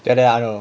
then how did it go